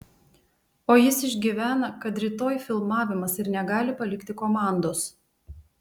o jis išgyvena kad rytoj filmavimas ir negali palikti komandos